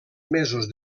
mesos